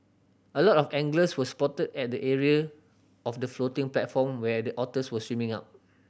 a lot of anglers were spotted at the area of the floating platform where the otters were swimming up